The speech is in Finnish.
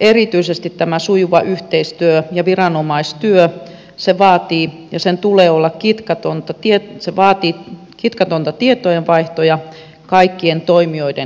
erityisesti tämä sujuva yhteistyö ja viranomaistyö se vaatii ja sen tulee olla kitkaton takia se vaatii kitkatonta tietojenvaihtoa kaikkien toimijoiden kesken